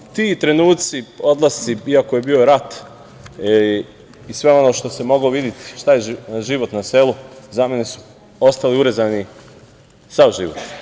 Ti trenuci, odlasci, iako je bio rat i sve ono što se moglo videti šta je život na selu, za mene su ostali urezani ceo život.